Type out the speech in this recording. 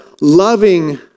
loving